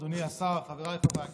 אדוני השר, חבריי חברי הכנסת,